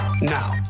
Now